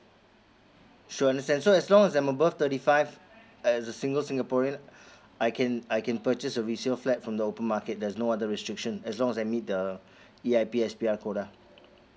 sure understand so as long as I'm above thirty five as a single singaporean I can I can purchase a resale flat from the open market there's no other restriction as long as I meet the E_I_P S_P_R quota